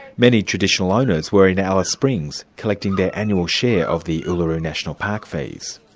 many traditional owners were in alice springs collecting their annual share of the uluru national park fees.